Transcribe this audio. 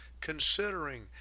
considering